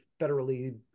federally